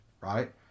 right